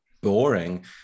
boring